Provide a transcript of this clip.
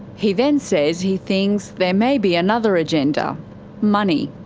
he then says he thinks there may be another agenda money.